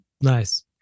Nice